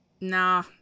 Nah